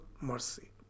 mercy